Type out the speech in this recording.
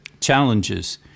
challenges